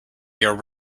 your